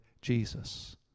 Jesus